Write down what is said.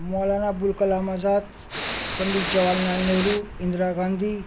Maulana Abul Kalam Azad Pandit Jawahar Lal Nehru Indira Gandhi